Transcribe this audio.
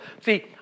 See